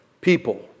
people